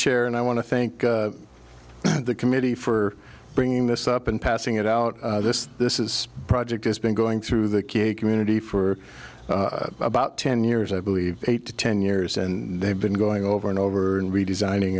chairman i want to thank the committee for bringing this up and passing it out this this is a project has been going through the k community for about ten years i believe eight to ten years and they've been going over and over and redesigning